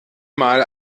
mal